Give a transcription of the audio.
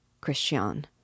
Christian